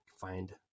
find